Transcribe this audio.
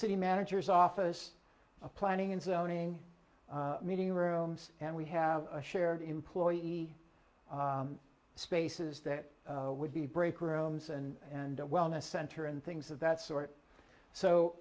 city manager's office of planning and zoning meeting rooms and we have a shared employee spaces that would be break rooms and a wellness center and things of that sort so